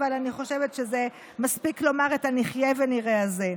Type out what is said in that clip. אבל אני חושבת שמספיק לומר את ה"נחיה ונראה" הזה.